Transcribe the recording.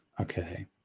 Okay